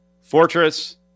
Fortress